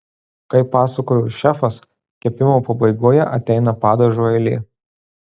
kaip pasakoja šefas kepimo pabaigoje ateina padažo eilė